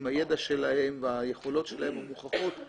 עם הידע שלהן והיכולות המוכחות שלהן,